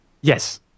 Yes